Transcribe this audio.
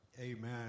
Amen